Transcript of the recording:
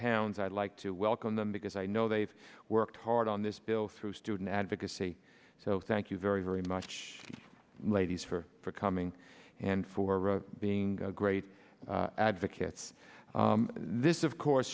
towns i'd like to welcome them because i know they've worked hard on this bill through student advocacy so thank you very very much ladies for for coming and for being great advocates this of course